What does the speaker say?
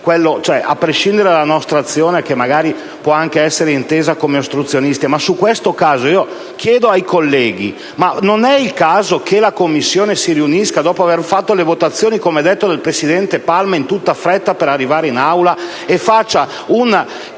a prescindere dalla nostra azione, che magari può anche essere intesa come ostruzionistica, chiedo ai colleghi se non sia il caso che la Commissione si riunisca, dopo aver fatto in quella sede le votazioni, come detto dal presidente Palma, in tutta fretta per arrivare in Aula, e faccia una